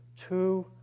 two